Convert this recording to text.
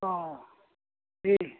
अह दे